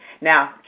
Now